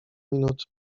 minut